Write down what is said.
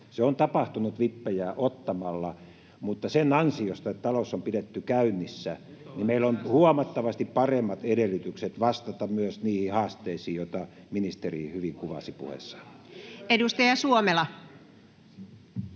Se on tapahtunut vippejä ottamalla, mutta sen ansiosta talous on pidetty käynnissä ja meillä on huomattavasti paremmat edellytykset vastata myös niihin haasteisiin, joita ministeri hyvin kuvasi puheessaan. [Speech